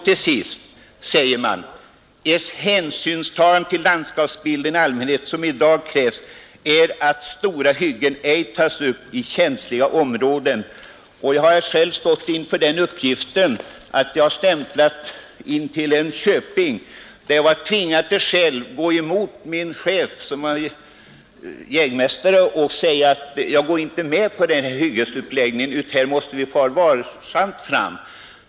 Till sist säger skogsstyrelsen: ”Ett hänsynstagande till landskapsbilden i allmänhet som i dag krävs är att stora hyggen ej tas upp i känsliga områden.” Jag har själv stått inför den uppgiften, när jag har stämplat intill en köping och tvingats att gå emot min chef, som var jägmästare, och säga att jag inte gick med på den avsedda hyggesuppläggningen, utan att vi måste fara varsamt fram.